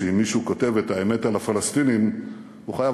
שאם מישהו כותב את האמת על הפלסטינים הוא חייב